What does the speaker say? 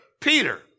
Peter